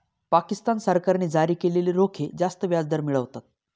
पाकिस्तान सरकारने जारी केलेले रोखे जास्त व्याजदर मिळवतात